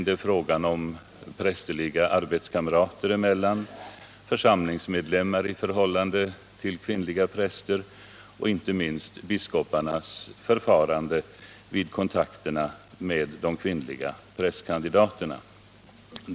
Det gäller prästerliga arbetskamrater emellan, församlingsmedlemmar i förhållande till kvinnliga präster och inte minst biskoparnas kontakter med de kvinnliga prästkandidaterna.